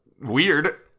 weird